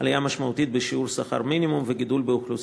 עלייה משמעותית בשיעור שכר המינימום וגידול האוכלוסין.